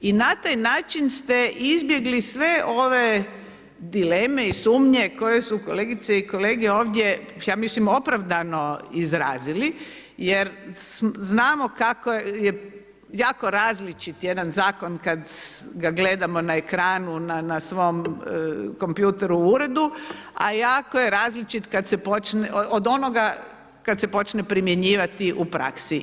I na taj način ste izbjegli sve dileme i sumnje, koje su kolegice i kolege, ovdje, ja mislim opravdano izrazili, jer znamo kako je jako različit jedan zakon, kada ga gledamo na ekranu u svom kompjuteru u uredu, a jako je različit kada se počne, od onoga kada se počne primjenjivati u praksi.